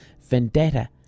vendetta